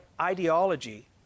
ideology